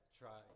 try